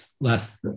last